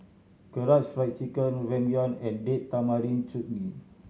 Karaage Fried Chicken Ramyeon and Date Tamarind Chutney